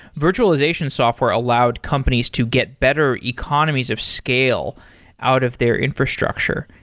virtualization software allowed companies to get better economies of scale out of their infrastructure,